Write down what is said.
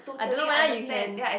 I don't know whether you can